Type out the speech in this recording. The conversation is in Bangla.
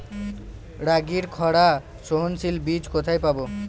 রাগির খরা সহনশীল বীজ কোথায় পাবো?